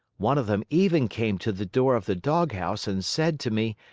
one of them even came to the door of the doghouse and said to me,